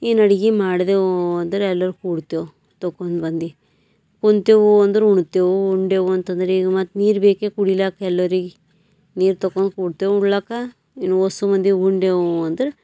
ಇನ್ನು ಅಡಿಗೆ ಮಾಡ್ದೇವು ಅಂದರೆ ಎಲ್ಲಾರು ಕೂಡ್ತೇವು ತೊಕೊಂಡ್ ಬಂದು ಕುಂತೇವು ಅಂದರೆ ಉಣ್ತೇವು ಉಂಡೇವು ಅಂತಂದರೆ ಈಗ ಮತ್ತೆ ನೀರು ಬೇಕೇ ಕುಡಿಲ್ಯಾಕ ಎಲ್ಲರಿಗೆ ನೀರು ತಕೊಂಡ್ ಕೂರ್ತೇವು ಉಣ್ಲಕ್ಕ ಇನ್ನು ವೋಸು ಮಂದಿ ಉಂಡೇವು ಅಂದರೆ